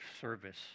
service